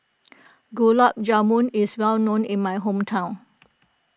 Gulab Jamun is well known in my hometown